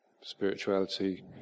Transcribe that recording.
spirituality